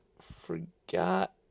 forgot